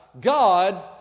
God